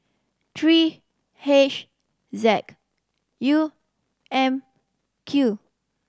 three H Z U M Q